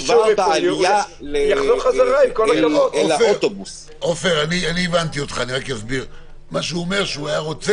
כשעולה על האוטובוס, שיהיה לו את